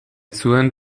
zuen